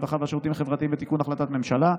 הרווחה והשירותים החברתיים ותיקון החלטת ממשלה,